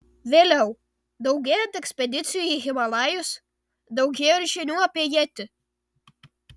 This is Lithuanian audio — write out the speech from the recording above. vėliau daugėjant ekspedicijų į himalajus daugėjo ir žinių apie jetį